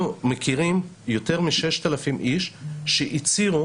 אנחנו מכירים יותר מ-6,000 איש שהצהירו